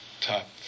top